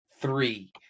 three